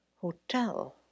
hotel